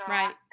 Right